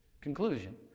conclusion